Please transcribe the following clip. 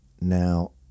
Now